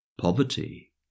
poverty